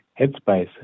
headspace